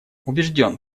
убежден